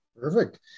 Perfect